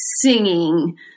singing